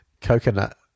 coconut